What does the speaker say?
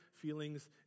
feelings